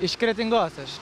iš kretingos aš